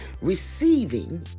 receiving